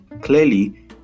Clearly